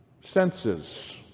senses